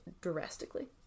drastically